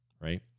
right